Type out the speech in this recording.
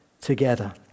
together